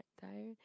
tired